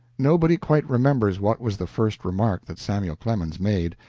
nobody quite remembers what was the first remark that samuel clemens made,